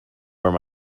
where